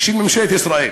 של ממשלת ישראל,